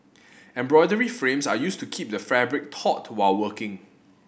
embroidery frames are used to keep the fabric taut while working